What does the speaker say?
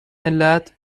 علت